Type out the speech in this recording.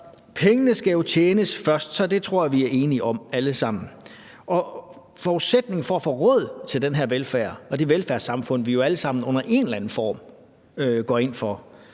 pengene skal tjenes først, og forudsætningen for at få råd til den her velfærd og det velfærdssamfund, vi jo alle sammen under en eller anden form går ind for,